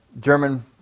German